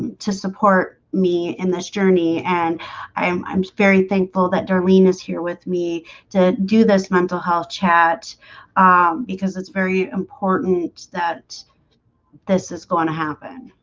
to support me in this journey and i'm i'm very thankful that darlene is here with me to do this mental health chat because it's very important that this is going to happen.